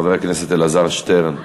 חבר הכנסת אלעזר שטרן.